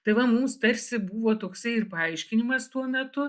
tai va mums tarsi buvo toksai ir paaiškinimas tuo metu